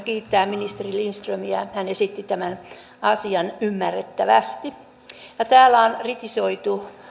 kiittää ministeri lindströmiä hän esitti tämän asian ymmärrettävästi kun täällä on kritisoitu